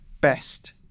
best